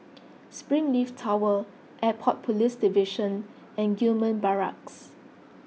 Springleaf Tower Airport Police Division and Gillman Barracks